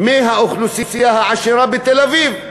פחות מהאוכלוסייה העשירה בתל-אביב.